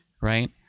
Right